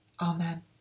Amen